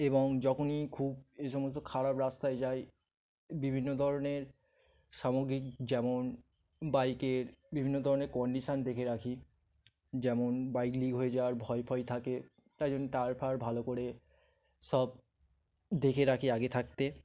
এবং যখনই খুব এ সমস্ত খারাপ রাস্তায় যাই বিভিন্ন ধরনের সামগ্রিক যেমন বাইকের বিভিন্ন ধরনের কন্ডিশান দেখে রাখি যেমন বাইক লিক হয়ে যাওয়ার ভয় ভয় থাকে তাই জন্য টার ফার ভালো করে সব দেখে রাখি আগে থাকতে